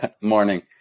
Morning